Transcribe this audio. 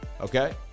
okay